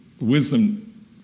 wisdom